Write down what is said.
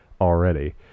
already